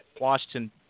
Washington